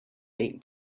date